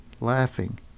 laughing